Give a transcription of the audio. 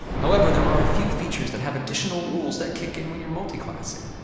however, there are a few features that have additional rules that kick in when your multiclassing.